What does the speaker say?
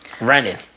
running